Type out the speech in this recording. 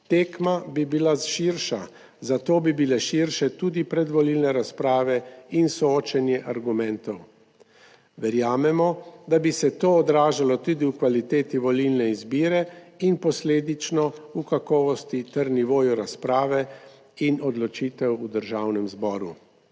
tekma bi bila širša, za to bi bile širše tudi predvolilne razprave in soočenje argumentov. Verjamemo, da bi se to odražalo tudi v kvaliteti volilne izbire in posledično v kakovosti ter nivoju razprave in odločitev v Državnem zboru.